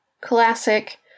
classic